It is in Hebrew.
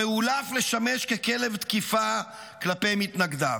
המאולף לשמש ככלב תקיפה כלפי מתנגדיו.